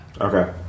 Okay